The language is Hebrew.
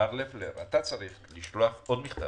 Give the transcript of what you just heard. מר לפלר, אתה צריך לשלוח עוד מכתב,